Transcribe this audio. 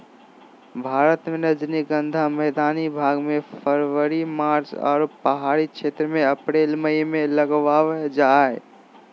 भारत मे रजनीगंधा मैदानी भाग मे फरवरी मार्च आरो पहाड़ी क्षेत्र मे अप्रैल मई मे लगावल जा हय